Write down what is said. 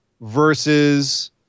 versus